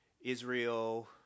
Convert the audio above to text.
Israel